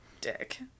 dick